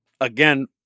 again